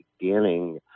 beginning